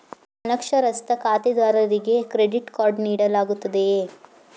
ಅನಕ್ಷರಸ್ಥ ಖಾತೆದಾರರಿಗೆ credit card ನೀಡಲಾಗುತ್ತದೆಯೇ?